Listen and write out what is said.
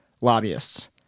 lobbyists